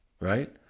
right